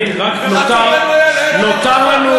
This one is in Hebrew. נותר לנו,